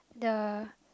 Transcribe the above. the